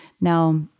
Now